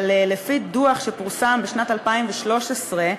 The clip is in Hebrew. אבל לפי דוח שפורסם בשנת 2013,